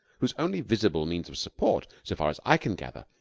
whose only visible means of support, so far as i can gather,